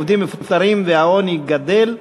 עובדים מפוטרים והעוני גדל.